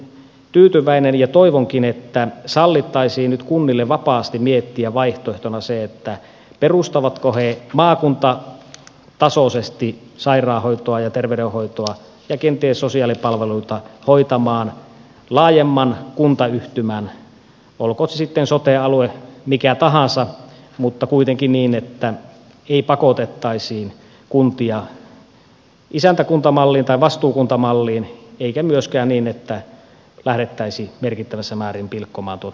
toivonkin että sallittaisiin nyt kuntien vapaasti miettiä vaihtoehtona perustavatko he maakuntatasoisesti sairaanhoitoa ja terveydenhoitoa ja kenties sosiaalipalveluita hoitamaan laajemman kuntayhtymän olkoot se sitten sote alue mikä tahansa mutta kuitenkin niin että ei pakotettaisi kuntia isäntäkuntamalliin tai vastuukuntamalliin eikä myöskään lähdettäisi merkittävässä määrin pilkkomaan erikoissairaanhoitoa